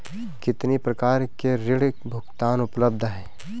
कितनी प्रकार के ऋण भुगतान उपलब्ध हैं?